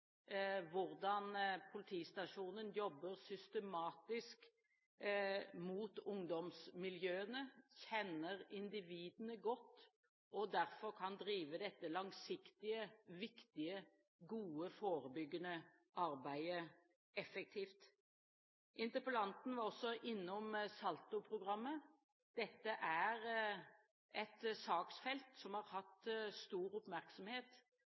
hvordan politistasjonen jobber systematisk mot ungdomsmiljøene, kjenner individene godt, og derfor kan drive dette langsiktige, viktige, gode forebyggende arbeidet effektivt. Interpellanten var også innom SaLTo-programmet. Dette er et saksfelt som har hatt stor oppmerksomhet,